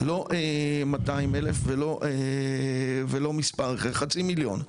לא 200,000 ולא מספר אחר, חצי מיליון,